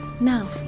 Now